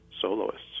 soloists